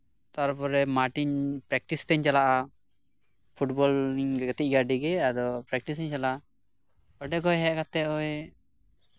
ᱛᱟᱨᱯᱚᱨᱮ ᱢᱟᱴᱤᱧ ᱯᱮᱠᱴᱤᱥᱤᱧ ᱛᱤᱧ ᱪᱟᱞᱟᱜᱼᱟ ᱯᱷᱩᱴᱵᱚᱞᱤᱧ ᱜᱟᱛᱮᱜ ᱜᱮᱭᱟ ᱟᱹᱰᱤ ᱜᱮ ᱟᱫᱚ ᱯᱮᱠᱴᱤᱥᱤᱧ ᱪᱟᱞᱟᱜᱼᱟ ᱚᱸᱰᱮ ᱠᱷᱚᱱ ᱦᱮᱡ ᱠᱟᱛᱮᱫ ᱳᱭ